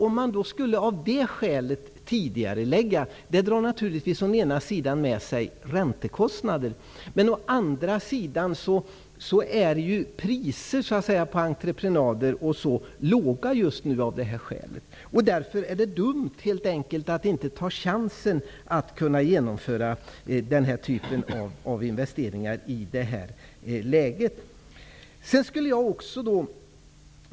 Om man av det skälet skulle tidigarelägga projektet drar det naturligtvis med sig räntekostnader. Å andra sidan är priserna på entreprenader nu låga på grund av arbetslösheten. Av den anledningen vore det helt enkelt dumt att inte ta chansen och i detta läge genomföra den här typen av investeringar.